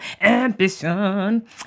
Ambition